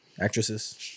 actresses